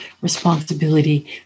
responsibility